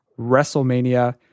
Wrestlemania